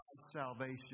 salvation